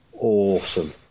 awesome